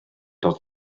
dod